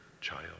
child